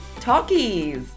Talkies